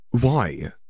Why